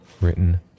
written